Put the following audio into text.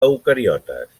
eucariotes